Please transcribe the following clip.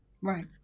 right